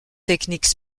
techniques